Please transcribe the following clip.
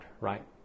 right